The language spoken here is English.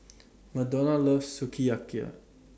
Modena loves Sukiyaki